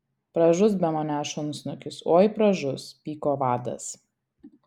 pražus be manęs šunsnukis oi pražus pyko vadas